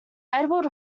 edward